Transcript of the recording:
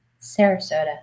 Sarasota